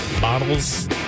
bottles